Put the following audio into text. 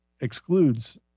excludes